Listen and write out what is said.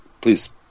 please